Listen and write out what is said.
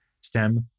stem